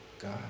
God